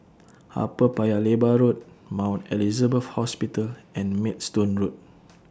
Upper Paya Lebar Road Mount Elizabeth Hospital and Maidstone Road